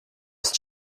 ist